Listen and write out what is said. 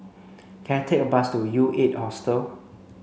can I take a bus to U eight Hostel